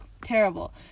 terrible